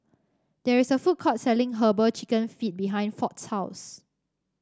there is a food court selling herbal chicken feet behind Ford's house